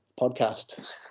podcast